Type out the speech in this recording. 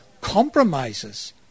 compromises